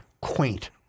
quaint